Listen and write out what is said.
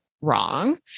wrong